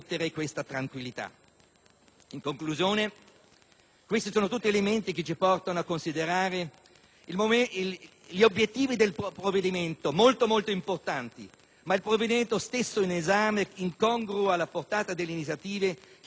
In conclusione, questi sono tutti elementi che ci portano a considerare gli obiettivi del provvedimento in esame molto importanti; ma il provvedimento stesso incongruo alla portata delle iniziative che invece dovevano essere previste,